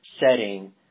setting